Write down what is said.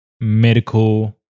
medical